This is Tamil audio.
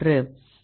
இது 0